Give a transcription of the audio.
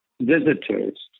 visitors